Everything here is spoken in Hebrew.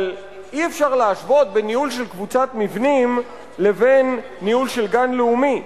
אבל אי-אפשר להשוות בין ניהול של קבוצת מבנים לבין ניהול של גן לאומי.